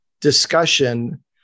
discussion